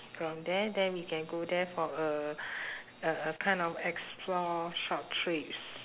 from there then we can go there for uh a a kind of explore short trips